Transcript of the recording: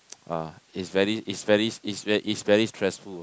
uh is very is very is ver~ is very stressful